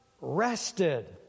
RESTED